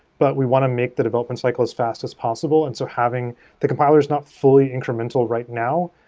but we want to make the development cycle as fast as possible. and so having the compiler is not fully incremental right now,